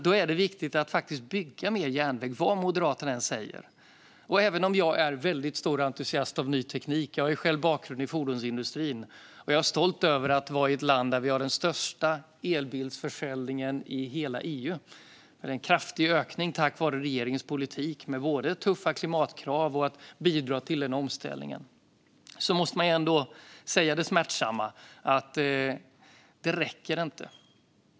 Då är det viktigt att bygga mer järnväg, vad än Moderaterna säger. Jag är en stor entusiast när det gäller ny teknik. Jag har själv en bakgrund i fordonsindustrin, och jag är stolt över att vara i ett land där vi har den största elbilsförsäljningen i hela EU. Det är en kraftig ökning tack vare regeringens politik med både tuffa klimatkrav och bidrag till omställningen, men man måste ändå säga det smärtsamma: Det räcker inte.